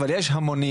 אבל יש המונים,